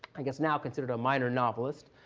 i guess now considered a minor novelist.